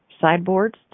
sideboards